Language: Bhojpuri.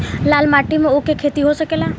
लाल माटी मे ऊँख के खेती हो सकेला?